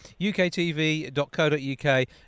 UKTV.co.uk